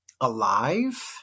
alive